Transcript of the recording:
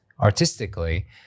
artistically